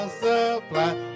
supply